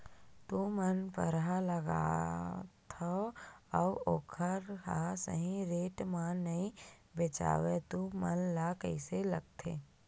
तू मन परहा लगाथव अउ ओखर हा सही रेट मा नई बेचवाए तू मन ला कइसे लगथे?